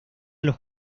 los